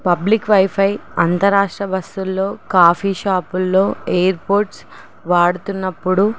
public wifi అంతరాష్ట్ర బస్సుల్లో coffee షాపుల్లో ఎయిర్ఫోర్స్ వాడుతున్నప్పుడు